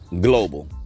global